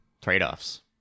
Trade-offs